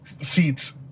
seats